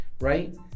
right